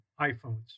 iPhones